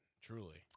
truly